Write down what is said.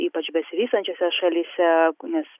ypač besivystančiose šalyse nes